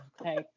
okay